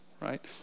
right